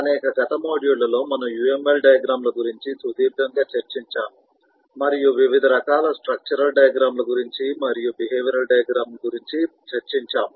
అనేక గత మాడ్యూళ్ళలో మనము UML డయాగ్రమ్ ల గురించి సుదీర్ఘంగా చర్చించాము మరియు వివిధ రకాల స్ట్రక్చరల్ డయాగ్రమ్ ల గురించి మరియు బిహేవియరల్ డయాగ్రమ్ ల గురించి చర్చించాము